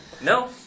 No